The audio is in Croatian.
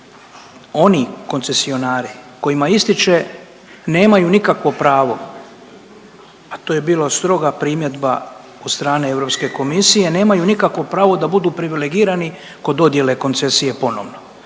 oni koncesionari kojima ističe nemaju nikakvo pravo, a to je bila stroga primjedba od strane Europske komisije nemaju nikakvo pravo da budu privilegirani kod dodijele koncesije ponovno.